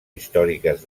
històriques